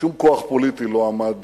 שום כוח פוליטי לא עמד